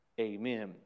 amen